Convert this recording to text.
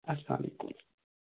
اَلسلام علیکُم